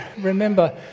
remember